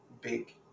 big